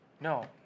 no